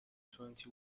twenty